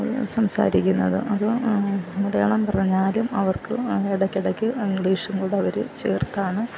അത് സംസാരിക്കുന്നത് അത് മലയാളം പറഞ്ഞാലും അവർക്ക് ഇടയ്ക്കിടയ്ക്ക് ഇംഗ്ലീഷും കൂടെ അവര് ചേർത്താണ്